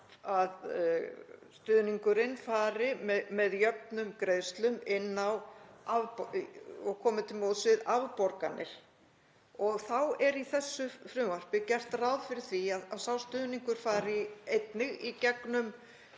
að stuðningurinn fari með jöfnum greiðslum inn á og komi til móts við afborganir og þá er í frumvarpinu gert ráð fyrir að sá stuðningur fari einnig í gegnum